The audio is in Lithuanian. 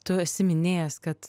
tu esi minėjęs kad